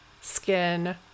skin